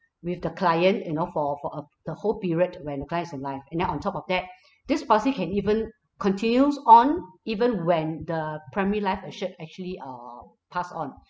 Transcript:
with the client you know for for uh the whole period when the client's alive and then on top of that this policy can even continues on even when the primary life assured actually err pass on